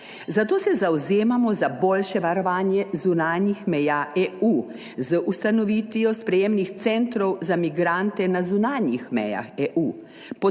zato se zavzemamo za boljše varovanje zunanjih meja EU z ustanovitvijo sprejemnih centrov za migrante na zunanjih mejah EU.